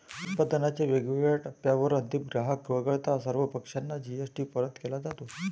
उत्पादनाच्या वेगवेगळ्या टप्प्यांवर अंतिम ग्राहक वगळता सर्व पक्षांना जी.एस.टी परत केला जातो